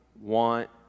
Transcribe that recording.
want